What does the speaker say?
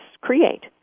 create